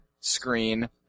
screen